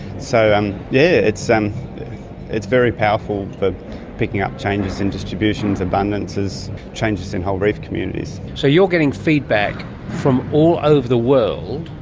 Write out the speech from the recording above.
so um yeah yes, um it's very powerful for picking up changes in distributions, abundances, changes in whole reef communities. so you're getting feedback from all over the world.